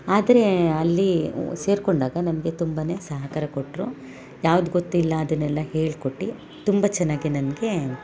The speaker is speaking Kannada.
ಆದರೆ ಅಲ್ಲಿ ಸೇರಿಕೊಂಡಾಗ ನನಗೆ ತುಂಬ ಸಹಕಾರ ಕೊಟ್ಟರು ಯಾವ್ದು ಗೊತ್ತಿಲ್ಲ ಅದನ್ನೆಲ್ಲ ಹೇಳ್ಕೊಟ್ಟು ತುಂಬ ಚೆನ್ನಾಗಿ ನನಗೆ